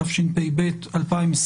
התשפ"ב-2021.